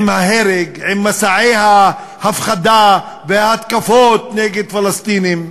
עם ההרג, עם מסעות ההפחדה וההתקפות נגד פלסטינים,